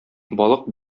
балык